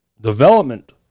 development